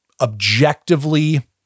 objectively